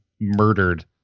murdered